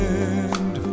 end